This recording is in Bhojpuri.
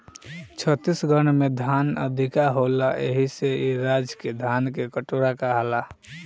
छत्तीसगढ़ में धान अधिका होला एही से ए राज्य के धान के कटोरा कहाला